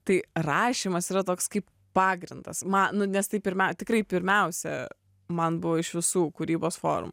tai rašymas yra toks kaip pagrindas man nu nes taip pirmia tikrai pirmiausia man buvo iš visų kūrybos formų